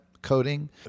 coding